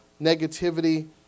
negativity